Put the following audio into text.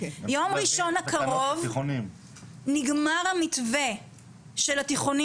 ביום ראשון הקרוב נגמר המתווה של התיכונים